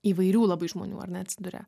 įvairių labai žmonių ar ne atsiduria